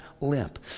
limp